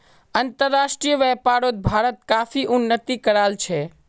अंतर्राष्ट्रीय व्यापारोत भारत काफी उन्नति कराल छे